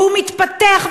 והוא מתפתח,